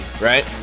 right